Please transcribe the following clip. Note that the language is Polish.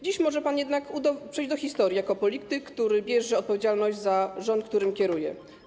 Dziś może pan jednak przejść do historii jako polityk, który bierze odpowiedzialność za rząd, którym kieruje.